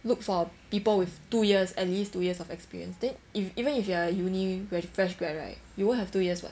look for people with two years at least two years of experience then if even if you are a uni grad fresh grad right you won't have two years [what]